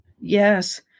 Yes